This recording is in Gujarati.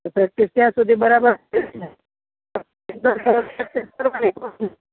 પ્રેક્ટિસ ત્યાં સુધી બરાબર છે પ્રેક્ટિસ કરવાની